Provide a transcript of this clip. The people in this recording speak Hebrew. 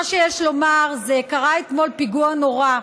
מה שיש לומר זה שקרה אתמול פיגוע נורא,